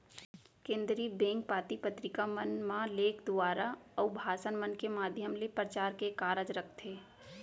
केनदरी bank पाती पतरिका मन म लेख दुवारा, अउ भासन मन के माधियम ले परचार के कारज करथे